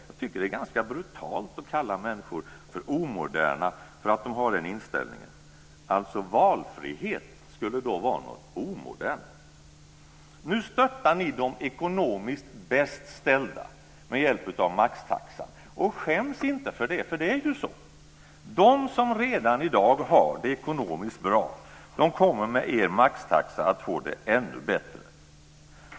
Jag tycker att det är ganska brutalt att kalla människor för omoderna för att de har den inställningen. Valfrihet skulle då alltså vara något omodernt. Nu stöttar ni de ekonomiskt bäst ställda med hjälp av maxtaxan, och skäms inte för det, för det är ju så. De som redan i dag har det ekonomiskt bra kommer med er maxtaxa att få det ännu bättre.